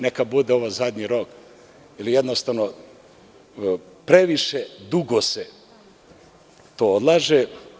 Neka ovo bude zadnji rok, jer jednostavno previše dugo se to odlaže.